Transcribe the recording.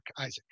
Isaac